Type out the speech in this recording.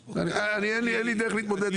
אין לי דרך להתמודד עם זה.